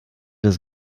des